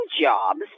jobs